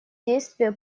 действия